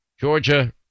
Georgia